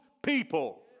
People